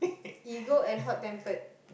ego and hot-tempered